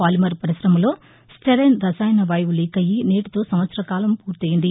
polymer పరిశమలో styrene రసాయన వాయువు లీకయ్యి నేటితో సంవత్సర కాల పూర్తయింది